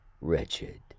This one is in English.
Wretched